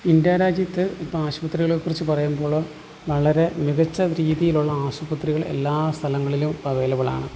India രാജ്യത്ത് ഇപ്പോൾ ആശുപത്രികളെ കുറിച്ച് പറയുമ്പോൾ വളരെ മികച്ച രീതിയിലുള്ള ആശുപത്രികൾ എല്ലാ സ്ഥലങ്ങളിലും അവൈലബിൾ ആണ്